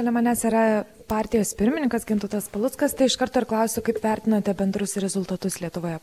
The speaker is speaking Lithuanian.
šalia manęs yra partijos pirmininkas gintautas paluckas tai iš karto klausiu kaip vertinate bendrus rezultatus lietuvoje